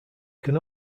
can